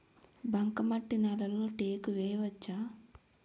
బంకమట్టి నేలలో టేకు వేయవచ్చా?